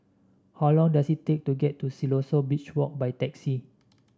how long does it take to get to Siloso Beach Walk by taxi